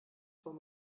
von